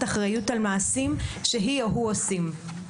אחריות על המעשים שהוא או היא עושים.